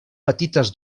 petites